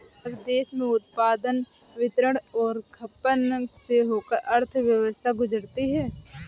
हर देश में उत्पादन वितरण और खपत से होकर अर्थव्यवस्था गुजरती है